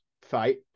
fight